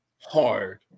hard